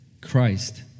Christ